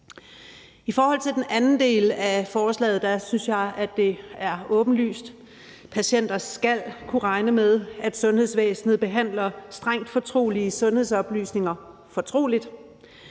I forhold til den anden del af forslaget synes jeg, at det er åbenlyst. Patienter skal kunne regne med, at sundhedsvæsenet behandler strengt fortrolige sundhedsoplysninger fortroligt,